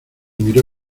miró